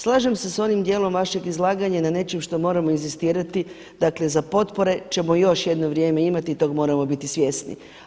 Slažem se sa onim dijelom vašeg izlaganja na nečem što moramo inzistirati, dakle za potpore ćemo još jedno vrijeme imati i tog moramo biti svjesni.